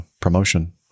promotion